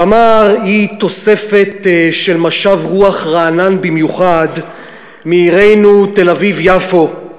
תמר היא תוספת של משב רוח רענן במיוחד מעירנו תל-אביב יפו.